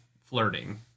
flirting